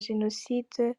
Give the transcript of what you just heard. jenoside